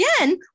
again